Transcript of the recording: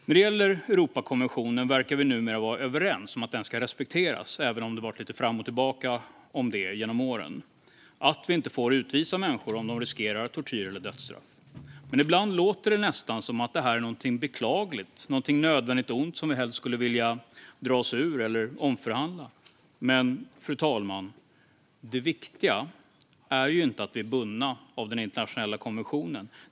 När det gäller Europakonventionen verkar vi, även om det genom åren har gått lite fram och tillbaka, numera vara överens om att den ska respekteras - att vi inte får utvisa människor om de riskerar tortyr eller dödsstraff. Ibland låter det nästan som att detta är något beklagligt, ett nödvändigt ont som vi helst skulle vilja dra oss ur eller omförhandla. Men, fru talman, det viktiga är inte att vi är bundna av den internationella konventionen.